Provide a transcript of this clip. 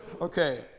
Okay